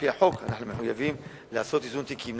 על-פי החוק אנחנו מחויבים לעשות איזון תיקים.